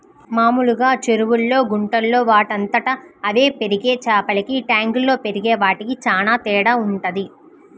మామూలు చెరువుల్లో, గుంటల్లో వాటంతట అవే పెరిగే చేపలకి ట్యాంకుల్లో పెరిగే వాటికి చానా తేడా వుంటది